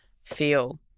feel